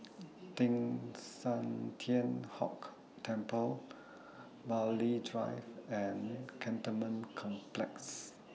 Teng San Tian Hock Temple Burghley Drive and Cantonment Complex